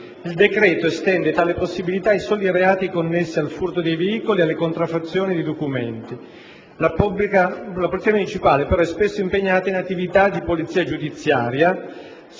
Il decreto estende tale possibilità ai soli reati connessi al furto dei veicoli e alle contraffazioni di documenti. La polizia municipale è però spesso impegnata in attività di polizia giudiziaria